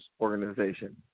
organization